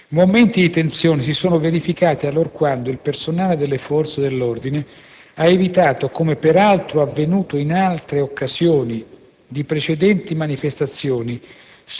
Momenti di tensione si sono verificati allorquando il personale delle forze dell'ordine ha evitato, come peraltro avvenuto in occasione di precedenti manifestazioni